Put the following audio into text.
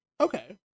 Okay